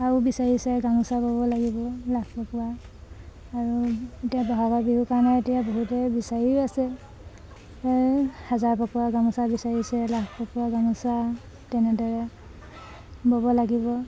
আৰু বিচাৰিছে গামোচা বব লাগিব পকোৱা আৰু এতিয়া বহাগৰ বিহুৰ কাৰণে এতিয়া বহুতে বিচাৰিও আছে হাজাৰ পকোৱা গামোচা বিচাৰিছে পকোৱা গামোচা তেনেদৰে বব লাগিব